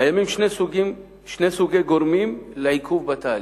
קיימים שני סוגי גורמים לעיכוב בתהליך: